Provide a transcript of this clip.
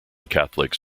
catholics